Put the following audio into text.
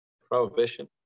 prohibition